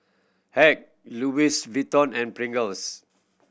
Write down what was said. Hack Louis Vuitton and Pringles